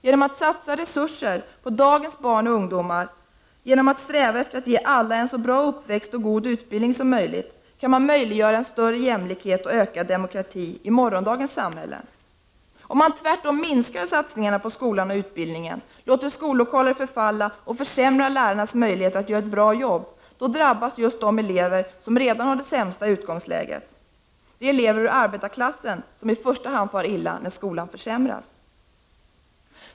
Genom att satsa resurser på dagens barn och ungdomar och genom att sträva efter att ge alla en så bra uppväxt och god utbildning som möjligt, kan man möjliggöra för större jämlikhet och ökad demokrati i morgondagens samhälle. Om man tvärtom minskar satsningarna på skolan och utbildningen, låter skollokaler förfalla och försämrar lärarnas möjligheter att göra ett bra jobb , då drabbas just de elever som redan har det sämsta utgångsläget hårdast. Det är elever ur arbetarklassen som i första hand far illa om skolan försämras.